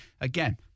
again